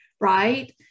right